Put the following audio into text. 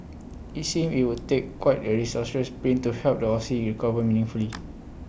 IT seems IT would take quite A disastrous print to help the Aussie recover meaningfully